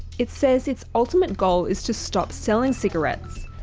it says its ultimate goal is to stop selling cigarettes.